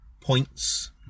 points